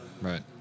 Right